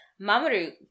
Mamoru